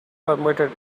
permitted